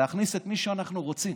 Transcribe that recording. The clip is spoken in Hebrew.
להכניס את מי שאנחנו רוצים.